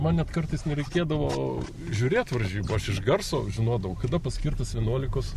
man net kartais nereikėdavo žiūrėt varžybų aš iš garso žinodavau kada paskirtas vienuolikos